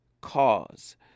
cause